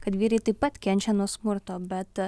kad vyrai taip pat kenčia nuo smurto bet